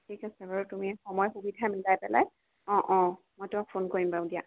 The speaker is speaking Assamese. ঠিক আছে বাৰু তুমি সময় সুবিধা মিলাই পেলাই অঁ অঁ মই তোমাক ফোন কৰিম বাৰু দিয়া